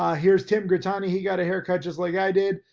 ah here's tim grittani he got a haircut just like i did,